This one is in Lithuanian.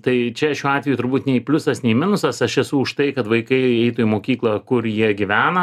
tai čia šiuo atveju turbūt nei pliusas nei minusas aš esu už tai kad vaikai eitų į mokyklą kur jie gyvena